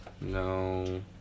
No